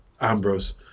Ambrose